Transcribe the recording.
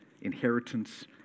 inheritance